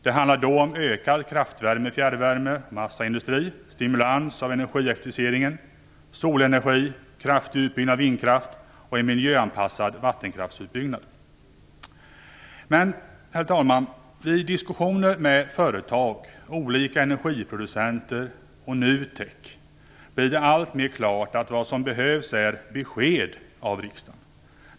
Det handlar då om ökad kraftvärme i fjärrvärme och massaindustri, stimulans av energieffektiviseringen, solenergi, kraftig utbyggnad av vindkraft och miljöanpassad vattenkraftsutbyggnad. Herr talman! I diskussionerna med företag, olika energiproducenter och NUTEK blir det alltmer klart att vad som behövs är besked av riksdagen.